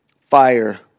fire